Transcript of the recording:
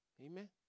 Amen